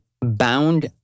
bound